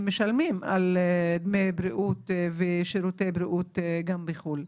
הם משלמים על שירותי בריאות גם בחוץ לארץ.